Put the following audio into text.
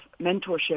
mentorship